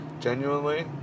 genuinely